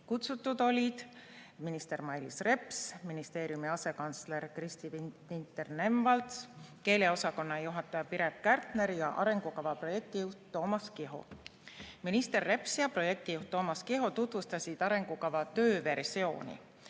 Kutsutud olid minister Mailis Reps, ministeeriumi asekantsler Kristi Vinter‑Nemvalts, keeleosakonna juhataja Piret Kärtner ja arengukava projektijuht Toomas Kiho. Minister Reps ja projektijuht Toomas Kiho tutvustasid arengukava tööversiooni.